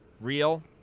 real